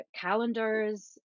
calendars